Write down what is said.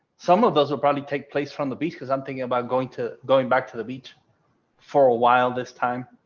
some of those will probably take place from the beach because i'm thinking about going to going back to the beach for a while this time.